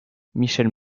michèle